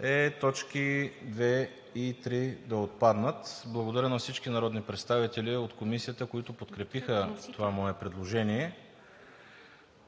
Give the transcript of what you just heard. е точки 2 и 3 да отпаднат. Благодаря на всички народни представители от Комисията, които подкрепиха това мое предложение.